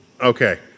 Okay